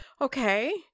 Okay